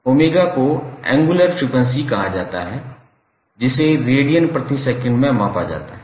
𝜔 को angular frequency कहा जाता है जिसे रेडियन प्रति सेकंड में मापा जाता है